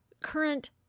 current